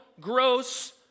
gross